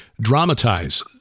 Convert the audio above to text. dramatize